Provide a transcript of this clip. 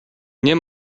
nie